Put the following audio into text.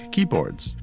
Keyboards